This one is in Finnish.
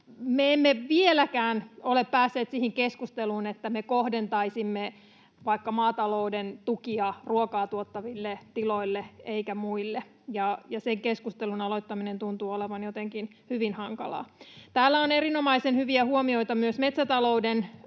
emme vieläkään ole päässeet siihen keskusteluun, että me kohdentaisimme vaikka maatalouden tukia ruokaa tuottaville tiloille emmekä muille. Sen keskustelun aloittaminen tuntuu olevan jotenkin hyvin hankalaa. Täällä oli erinomaisen hyviä huomioita myös metsätalouden